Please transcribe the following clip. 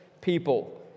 people